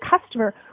customer